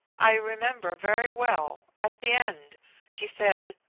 i remember very well, at the end he said,